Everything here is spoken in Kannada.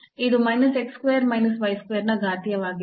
ಇದು minus x square minus y square ನ ಘಾತೀಯವಾಗಿದೆ